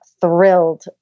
thrilled